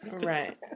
Right